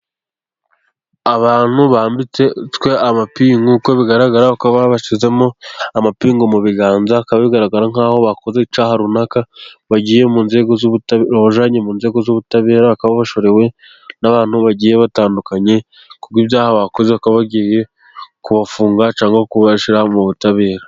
Abantu bambitswe amapingu, nkuko bigaragara bakaba babashyizemo amapingu mu biganza, bikaba bigaragara nk'aho bakoze icyaha runaka, bakaba babajyanye mu nzego z'ubutabera , bakaba bashorewe n'abantu bagiye batandukanye kubw'ibyaha bakoze, bakaba bagiye kubafunga cyangwa kubashyira mu butabera.